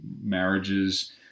marriages